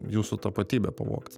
jūsų tapatybę pavogti